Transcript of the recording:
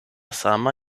sama